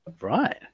Right